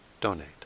donate